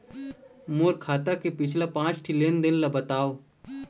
मोर खाता के पिछला पांच ठी लेन देन ला बताव?